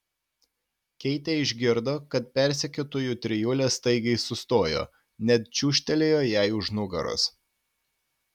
keitė išgirdo kad persekiotojų trijulė staigiai sustojo net čiūžtelėjo jai už nugaros